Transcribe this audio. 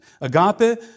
agape